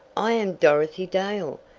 i am dorothy dale,